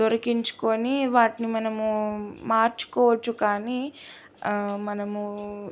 దొరికించుకొని వాటిని మనము మార్చుకోవచ్చు కానీ మనము